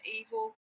evil